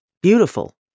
beautiful